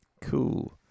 cool